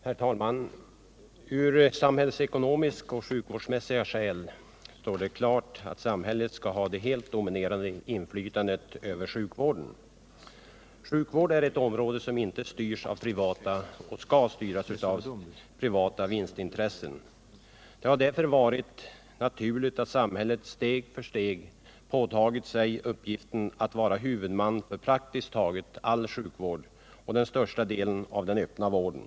Herr talman! Av samhällsekonomiska och sjukvårdsmässiga skäl står det klart att samhället skall ha det helt dominerande inflytandet över sjukvården. Detta område skall inte styras av privata vinstintressen. Det har därför varit naturligt att samhället steg för steg påtagit sig uppgiften att vara huvudman för praktiskt taget all sjukvård, även den största delen av den öppna vården.